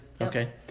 Okay